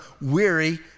weary